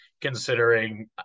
considering